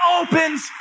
opens